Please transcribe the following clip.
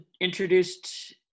introduced